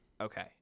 okay